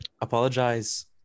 apologize